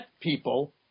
people